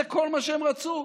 זה כל מה שהם רצו,